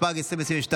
התשפ"ג 2022,